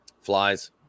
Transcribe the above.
Flies